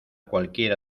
cualquiera